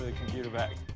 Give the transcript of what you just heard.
ah computer back.